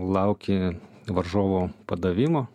lauki varžovo padavimo